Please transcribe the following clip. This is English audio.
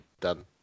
done